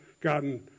gotten